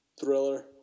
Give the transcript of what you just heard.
Thriller